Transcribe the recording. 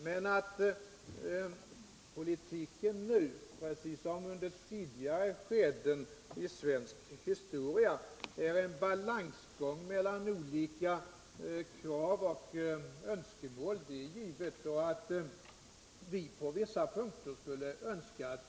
Det är givet att politiken nu precis som under tidigare skeden i svensk historia är en balansgång mellan olika krav och önskemål å ena sidan och ekonomiska resurser å andra sidan.